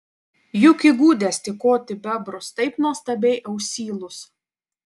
juk įgudęs tykoti bebrus taip nuostabiai ausylus